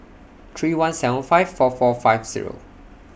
three one seven five four four five Zero